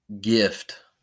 gift